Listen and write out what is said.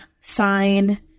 sign